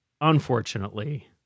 Unfortunately